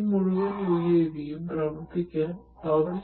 ഈ മുഴുവൻ യുഎവിയും പ്രവർത്തിക്കാൻ പവർ